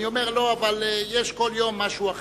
כל יום יש משהו אחר,